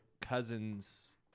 cousin's